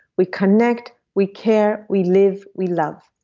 we connect, we care, we live, we love.